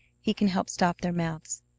he can help stop their mouths.